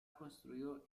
construido